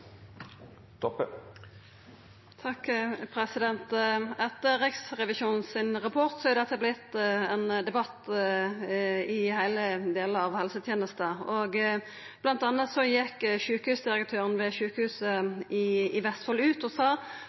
Etter Riksrevisjonen sin rapport har dette vorte ein debatt i alle delar av helsetenesta. Blant anna gjekk sjukehusdirektøren ved sjukehuset i Vestfold ut og sa